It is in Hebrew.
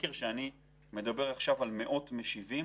בסקר שענו עליו מאות משיבים